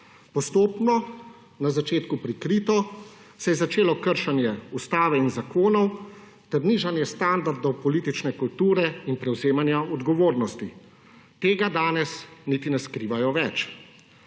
Postopno, na začetku prikrito, se je začelo kršenje ustave in zakonov ter nižanje standardov politične kulture in prevzemanja odgovornosti. Tega danes niti ne skrivajo več.